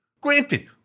granted